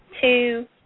two